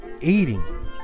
eating